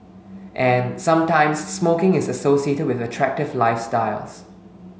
and sometimes smoking is associated with attractive lifestyles